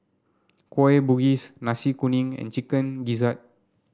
Kueh Bugis Nasi Kuning and Chicken Gizzard